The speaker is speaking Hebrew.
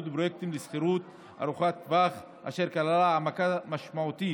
פרויקטים לשכירות ארוכת טווח אשר כללה העמקה משמעותית